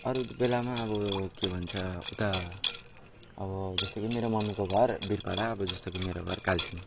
अरू बेलामा अब के भन्छ उता अब जस्तो कि मेरो मम्मीको घर वीरपाडा अब जस्तो कि मेरो घर कालचिनी